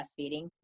breastfeeding